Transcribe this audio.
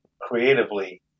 creatively